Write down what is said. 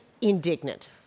indignant